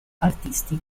artisti